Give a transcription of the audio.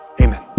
Amen